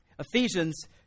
Ephesians